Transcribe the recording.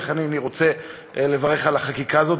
ולכן אני רוצה לברך על החקיקה הזאת,